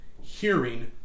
hearing